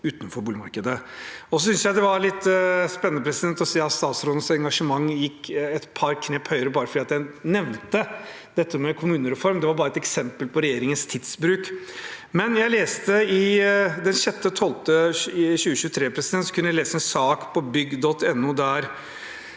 utenfor boligmarkedet. Jeg synes også det var litt spennende å se at statsrådens engasjement gikk et par knepp høyere bare fordi jeg nevnte dette med kommunereform. Det var bare et eksempel på regjeringens tidsbruk. Den 6. desember 2023 kunne vi lese en sak på bygg.no der